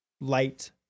light